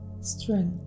strength